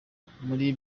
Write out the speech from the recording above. muli